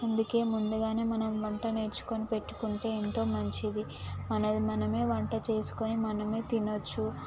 అందుకే ముందుగానే మనం వంట నేర్చుకొని పెట్టుకుంటే ఎంతో మంచిది మనది మనమే వంట చేసుకొని మనమే తినవచ్చు